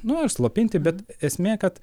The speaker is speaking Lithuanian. nu ar slopinti bet esmė kad